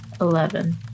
Eleven